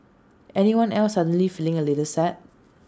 anyone else suddenly feeling A little sad